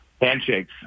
handshakes